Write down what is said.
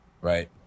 Right